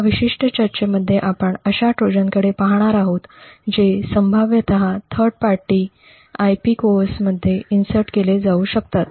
या विशिष्ट चर्चेमध्ये आपण अशा ट्रोजन्सकडे पाहणार आहोत जे संभाव्यत थर्ड पार्टीच्या IP कोअर्समध्ये इन्सर्ट केले जाऊ शकतात